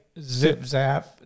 Zip-zap